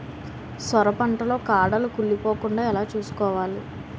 సొర పంట లో కాడలు కుళ్ళి పోకుండా ఎలా చూసుకోవాలి?